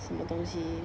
什么东西